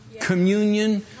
communion